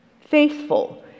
faithful